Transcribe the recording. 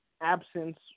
absence